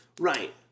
Right